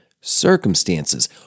circumstances